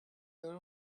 your